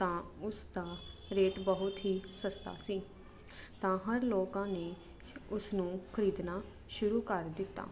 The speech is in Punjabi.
ਤਾਂ ਉਸ ਦਾ ਰੇਟ ਬਹੁਤ ਹੀ ਸਸਤਾ ਸੀ ਤਾਂ ਹਰ ਲੋਕਾਂ ਨੇ ਉਸ ਨੂੰ ਖਰੀਦਣਾ ਸ਼ੁਰੂ ਕਰ ਦਿੱਤਾ